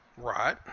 Right